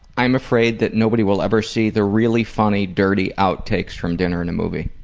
i'm afraid that nobody will ever see the really funny, dirty outtakes from dinner and a movie.